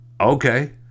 okay